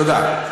תודה.